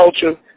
culture